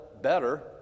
better